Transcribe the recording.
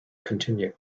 continue